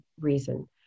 reason